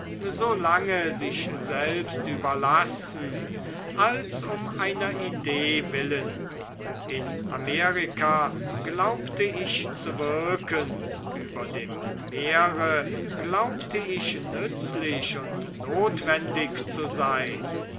lange sich selbst überlassen als um einer idee willen in amerika glaubte ich zu wirken über dem meere glaubte ich nützlich und notwendig zu sein